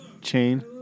chain